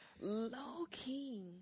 Low-key